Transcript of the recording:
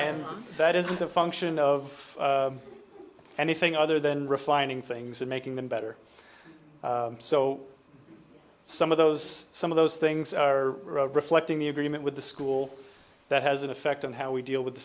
and that isn't a function of anything other than refining things and making them better so some of those some of those things are reflecting the agreement with the school that has an effect on how we deal with the